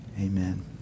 Amen